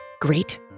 Great